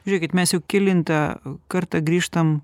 žiūrėkit mes jau kelintą kartą grįžtam